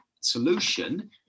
solution